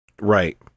Right